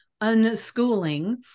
unschooling